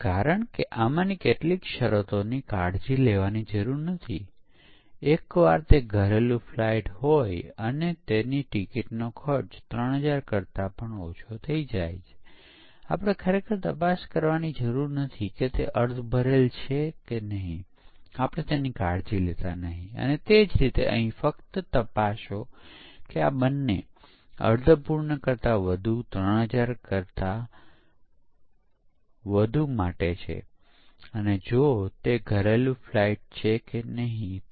એક બાબત એ છે કે જે સોફ્ટવેરને ખૂબ વધુ વિશ્વસનીયતાની જરૂર હોય છે તેના માટે V મોડેલ પસંદ કરવામાં આવે છે તેમની બધીજ આવશ્યકતાઓની અગાવથી જ જાણ હોય અને તેની જરૂરિયાતોમાં ફેરફાર થવાની સંભાવના ન હોય